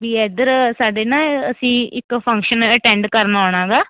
ਵੀ ਇੱਧਰ ਸਾਡੇ ਨਾ ਅਸੀਂ ਇੱਕ ਫੰਕਸ਼ਨ ਅਟੈਂਡ ਕਰਨ ਆਉਣਾ ਗਾ